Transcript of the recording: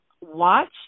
watch